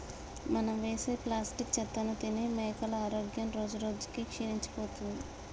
మనం వేసే ప్లాస్టిక్ చెత్తను తిని మేకల ఆరోగ్యం రోజురోజుకి క్షీణించిపోతుంది